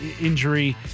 injury